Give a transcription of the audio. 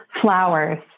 flowers